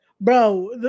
Bro